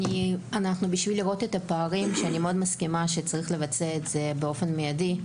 אני מאוד מסכימה שצריך לבצע את זה באופן מיידי.